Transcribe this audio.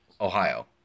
Ohio